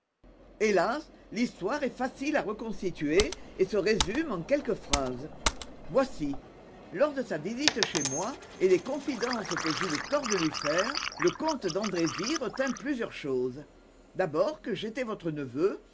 hélas l'histoire est facile à reconstituer et se résume en quelques phrases voici lors de sa visite chez moi et des confidences que j'eus le tort de lui faire le comte d'andrésy retint plusieurs choses d'abord que j'étais votre neveu